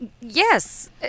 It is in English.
yes